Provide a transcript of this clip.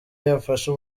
yafasha